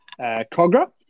Cogra